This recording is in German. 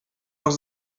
noch